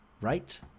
Right